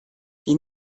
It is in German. die